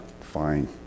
fine